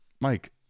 Mike